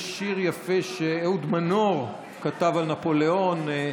יש שיר יפה שאהוד מנור כתב על נפוליאון,